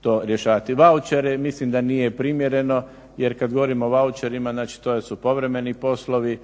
to rješavati. Vaučere mislim da nije primjereno, jer kad govorim o vaučerima, znači to su povremeni poslovi,